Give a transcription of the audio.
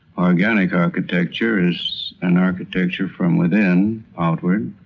organic architecture is an architecture from within, outward,